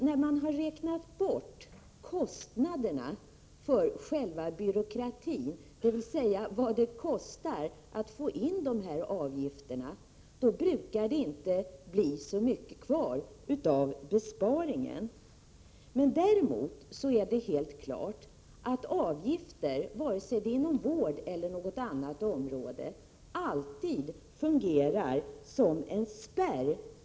När man har räknat bort kostnaderna för själva byråkratin, dvs. vad det kostar att få in avgifterna, brukar det inte bli så mycket kvar av besparingen. Däremot är det helt klart att avgifter — vare sig det är fråga om vård eller något annat — alltid fungerar som en spärr.